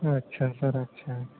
اچھا سر اچھا